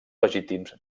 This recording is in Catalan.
legítims